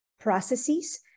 processes